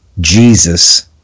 Jesus